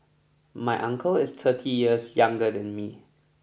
my uncle is thirty years younger than me